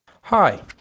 Hi